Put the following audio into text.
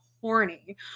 horny